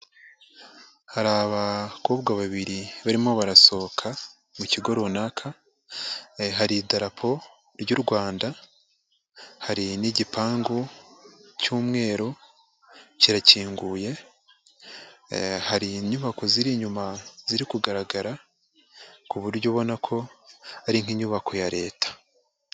Hari abakobwa babiri barimo barasohoka mu kigo runaka, hari idarapo ry'u Rwanda, hari n'igipangu cy'umweru kirakinguye, hari inyubako ziri inyuma ziri kugaragara, ku buryo ubona ko ari nk'inyubako ya leta.